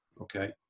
Okay